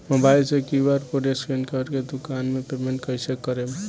Mobile से QR code scan कर के दुकान मे पेमेंट कईसे करेम?